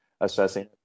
assessing